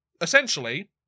essentially